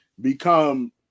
become